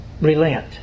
relent